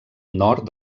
nord